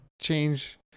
change